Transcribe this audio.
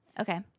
okay